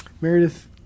Meredith